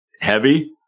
heavy